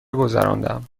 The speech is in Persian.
گذراندم